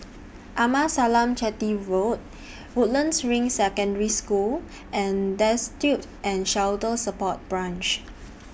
Amasalam Chetty Road Woodlands Ring Secondary School and Destitute and Shelter Support Branch